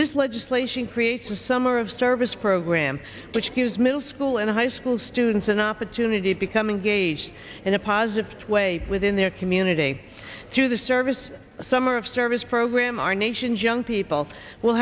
this legislation creates a summer of service program which cues middle school and high school students an opportunity becoming gauge in a positive way within their community through the service summer of service program our nation's young people will